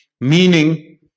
meaning